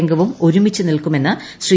രംഗവും ഒരുമിച്ച് നിൽക്കുമെന്ന് ശ്രീ